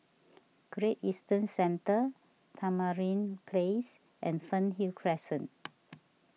Great Eastern Centre Tamarind Place and Fernhill Crescent